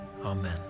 amen